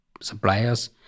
suppliers